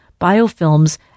biofilms